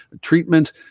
treatment